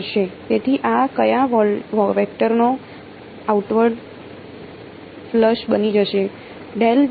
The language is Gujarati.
તેથી આ કયા વેક્ટરનો આઉટવોર્ડ ફલક્સ બની જશે